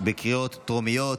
פרטיות בקריאה טרומית.